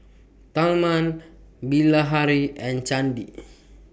Tharman Bilahari and Chandi